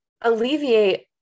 alleviate